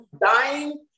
Dying